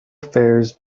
affairs